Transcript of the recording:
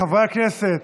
חברי הכנסת,